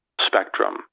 spectrum